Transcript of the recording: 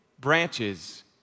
branches